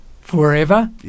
forever